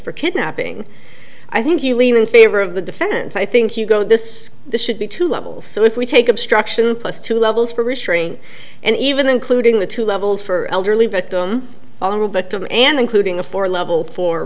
for kidnapping i think you lean in favor of the defense i think you go this this should be two levels so if we take obstruction plus two levels for restraint and even including the two levels for elderly victim all but them and including a four level fo